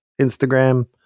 Instagram